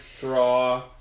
Draw